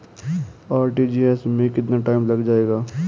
RTGS में कितना time लग जाएगा?